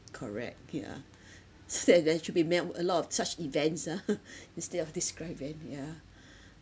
correct yeah sad eh should be made a lot of such events ah instead of this kind yeah